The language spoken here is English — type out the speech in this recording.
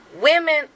Women